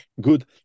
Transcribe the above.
good